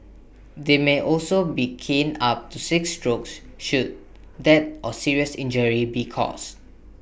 they may also be caned up to six strokes should death or serious injury be caused